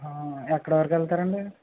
ఎక్కడి వరకు వేళ్తారండి